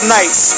Nights